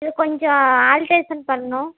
இது கொஞ்சம் ஆல்ட்ரேஷன் பண்ணணும்